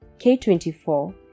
K24